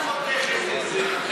ממה את חותכת את זה?